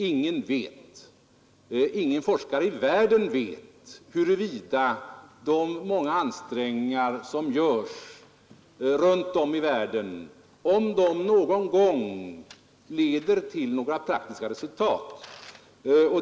Ingen forskare i världen vet huruvida de många ansträngningar som görs runt om i världen någon gång leder till praktiska resultat.